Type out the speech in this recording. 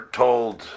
told